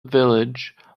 village